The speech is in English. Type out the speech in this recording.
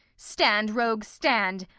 stand, rogue! stand,